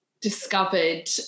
discovered